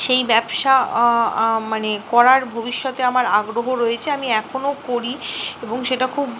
সেই ব্যবসা মানে করার ভবিষ্যতে আমার আগ্রহ রয়েছে আমি এখনো করি এবং সেটা খুব